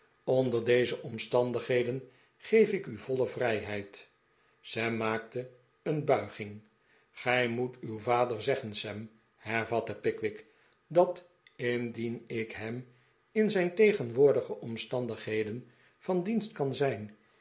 onder deze omstandigheden geef ik u voile vrijheid sam maakte een bulging gij moet uw vader zeggen sam hervatte pickwick dat indien ik hem in zijn tegenwoordige omstandigheden van dienst kan zijn